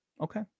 Okay